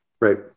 Right